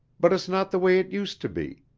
but it's not the way it used to be.